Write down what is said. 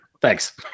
Thanks